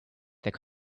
their